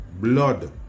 blood